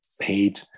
paid